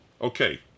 okay